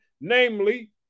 namely